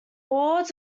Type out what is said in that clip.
wards